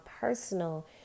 personal